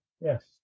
yes